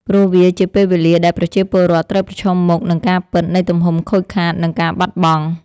ព្រោះវាជាពេលវេលាដែលប្រជាពលរដ្ឋត្រូវប្រឈមមុខនឹងការពិតនៃទំហំខូចខាត និងការបាត់បង់។